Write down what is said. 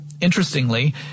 interestingly